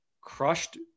crushed